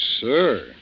sir